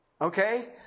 Okay